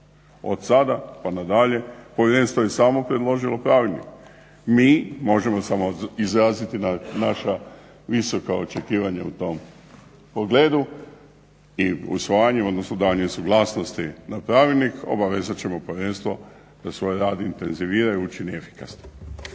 Od sada pa na dalje Povjerenstvo je i samo predložilo Pravilnik. Mi možemo samo izraziti naša visoka očekivanja u tom pogledu i usvajanju, odnosno davanje suglasnosti na Pravilnik. Obavezat ćemo Povjerenstvo da svoj rad intenzivira i učini efikasnim.